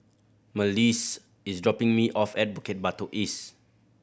Malissie is dropping me off at Bukit Batok East